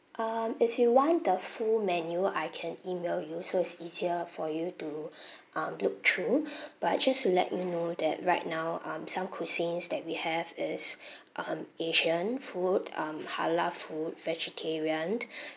um if you want the full menu I can email you so it's easier for you to um look through but just to let you know that right now um some cuisines that we have is um asian food um halal food vegetarian